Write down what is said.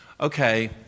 Okay